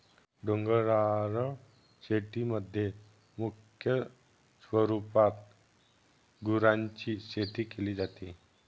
डोंगराळ शेतीमध्ये मुख्य स्वरूपात गुरांची शेती केली जाते